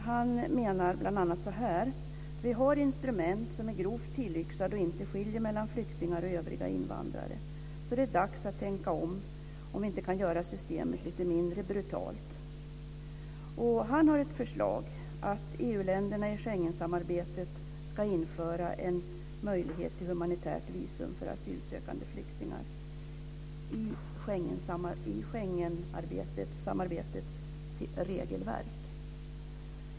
Han säger bl.a. så här: Vi har instrument som är grovt tillyxade och inte skiljer mellan flyktingar och övriga invandrare, så det är dags att tänka efter om vi inte kan göra systemet lite mindre brutalt. Han har ett förslag om att EU-länderna i Schengensamarbetet ska införa en möjlighet till humanitärt visum för asylsökande flyktingar i Schengensamarbetets regelverk.